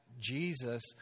Jesus